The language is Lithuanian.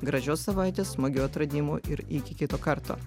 gražios savaitės smagių atradimų ir iki kito karto